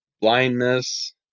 blindness